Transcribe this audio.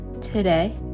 Today